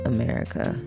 America